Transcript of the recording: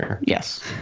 Yes